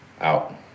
Out